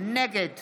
נגד